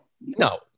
No